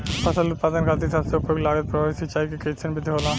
फसल उत्पादन खातिर सबसे उपयुक्त लागत प्रभावी सिंचाई के कइसन विधि होला?